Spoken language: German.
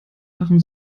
fachem